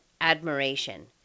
admiration